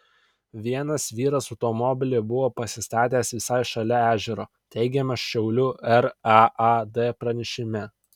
vienas vyras automobilį buvo pasistatęs visai šalia ežero teigiama šiaulių raad pranešime